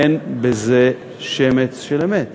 אין בזה שמץ של אמת.